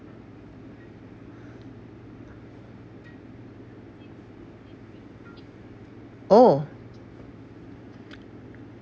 oh